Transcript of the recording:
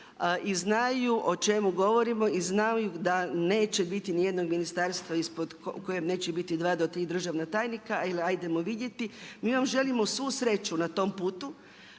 i znaju o čemu govorimo i znaju da neće biti niti jednog ministarstva u kojem neće biti dva do tri državna tajnika, ili ajdemo vidjeti. Mi vam želimo svu sreću na tom putu,